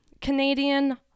Canadian